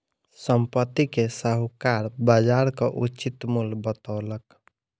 संपत्ति के साहूकार बजारक उचित मूल्य बतौलक